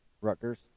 Rutgers